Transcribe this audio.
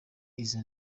izo